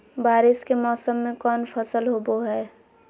बारिस के मौसम में कौन फसल होबो हाय?